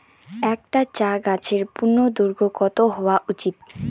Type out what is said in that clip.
একটি চা গাছের পূর্ণদৈর্ঘ্য কত হওয়া উচিৎ?